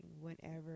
whenever